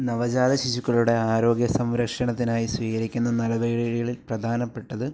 നവജാതശിശുക്കളുടെ ആരോഗ്യ സംരക്ഷണത്തിനായി സ്വീകരിക്കുന്ന നടപടികളില് പ്രധാനപ്പെട്ടത്